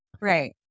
right